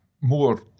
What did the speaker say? more